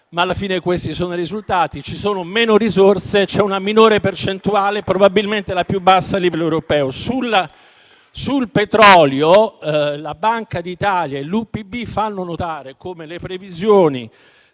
ma alla fine questi sono i risultati: ci sono meno risorse e una minore percentuale - probabilmente la più bassa - a livello europeo. Sul petrolio la Banca d'Italia e l'UPB fanno notare come le previsioni,